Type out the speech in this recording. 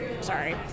sorry